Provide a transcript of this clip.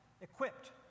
equipped